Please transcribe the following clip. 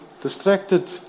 distracted